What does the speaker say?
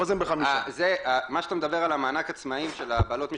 חוזרים ב- -- מה שאתה מדבר על מענק עצמאים של בעלות משפחתונים,